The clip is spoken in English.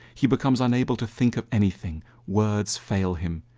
he becomes unable to think of anything. words fail him,